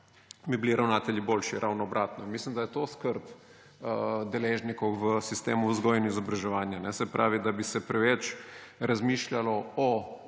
bi bili ravnatelji boljši. Ravno obratno. Mislim, da je to skrb deležnikov v sistemu vzgoje in izobraževanja, se pravi, da bi se preveč razmišljalo o